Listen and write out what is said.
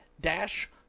dash